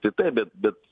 tai taip bet bet